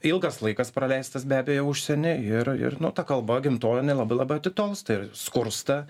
ilgas laikas praleistas be abejo užsieny ir ir nu ta kalba gimtoji jinai labai labai atitolsta ir skursta